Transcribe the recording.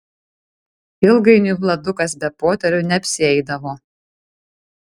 ilgainiui vladukas be poterių neapsieidavo